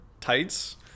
tights